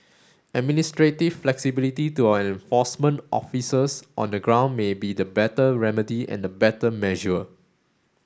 administrative flexibility to our enforcement officers on the ground may be the better remedy and the better measure